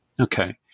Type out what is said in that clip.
Okay